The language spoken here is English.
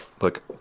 look